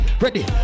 ready